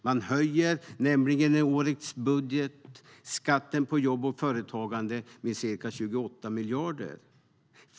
Man höjer nämligen i årets budget skatten på jobb och företagande med ca 28 miljarder.